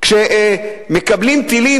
אז כשיורים טילים